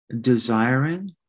desiring